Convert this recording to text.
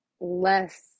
less